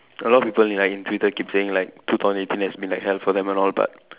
a lot of people in like in Twitter keep saying like two thousand eighteen has been like hell for them and all but